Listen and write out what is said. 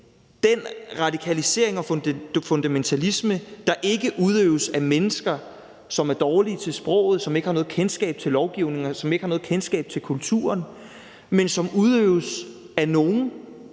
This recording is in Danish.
den radikalisering og fundamentalisme, der ikke udøves af mennesker, som er dårlige til sproget, som ikke har noget kendskab til lovgivningen, som ikke har noget kendskab til kulturen, men som udøves af nogle